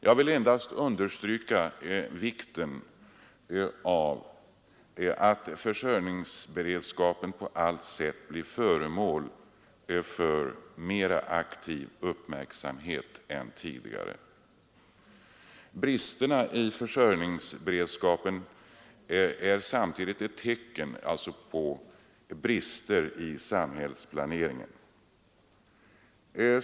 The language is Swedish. Jag vill endast understryka vikten av att försörjningsberedskapen på allt sätt blir föremål för mera aktiv uppmärksamhet än tidigare. Bristerna i försörjningsberedskapen är samtidigt ett tecken på brister i vår samhällsplanering.